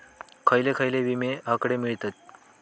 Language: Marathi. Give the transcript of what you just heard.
खयले खयले विमे हकडे मिळतीत?